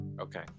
Okay